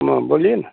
हाँ बोलिए न